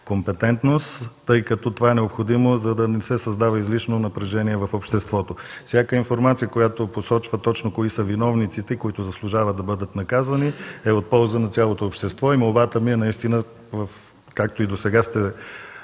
тъй като това е необходимо, за да не се създава излишно напрежение в обществото. Всяка информация, която посочва точно кои са виновниците, които заслужава да бъдат наказвани, е от полза на цялото общество. Молбата ми е наистина, както и досега сте